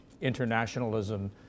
internationalism